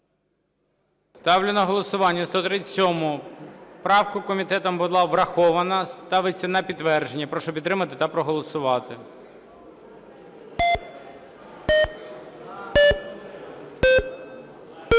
Ставлю на голосування 137 правку. Комітетом була врахована. Ставиться на підтвердження. Прошу підтримати та проголосувати.